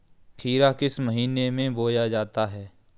खीरा किस महीने में बोया जाता है?